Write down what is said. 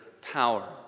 power